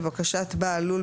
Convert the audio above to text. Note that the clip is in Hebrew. לבקשת בעל לול,